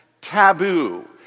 taboo